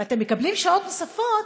ואתם מקבלים שעות נוספות,